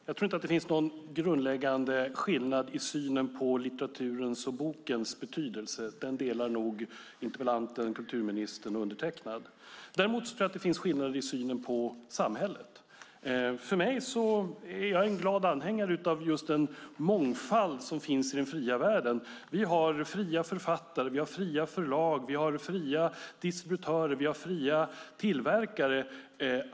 Fru talman! Jag tror inte att det finns någon grundläggande skillnad i synen på litteraturens och bokens betydelse. Den synen delar nog interpellanten, kulturministern och undertecknad. Däremot tror jag att det finns skillnader i synen på samhället. Jag är en glad anhängare av den mångfald som finns i den fria världen. Vi har fria författare, fria förlag, fria distributörer, fria tillverkare.